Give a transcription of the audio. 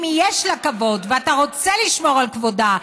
אם יש לה כבוד ואתה רוצה לשמור על כבודה,